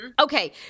okay